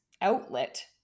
outlet